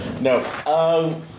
No